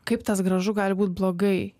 kaip tas gražu gali būt blogai